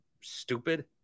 stupid